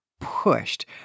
pushed